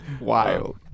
Wild